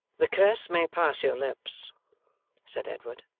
the curse may pass your lips said edward,